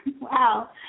Wow